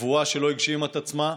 נבואה שלא הגשימה את עצמה.